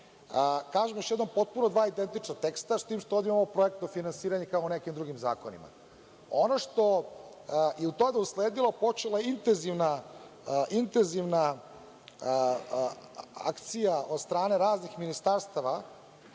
Kažem još jednom, potpuno dva identična teksta, s tim što ovde imamo projektno finansiranje u tamo nekim drugim zakonima. Ono što je tada usledilo, počela je intenzivna akcija od strane raznih ministarstava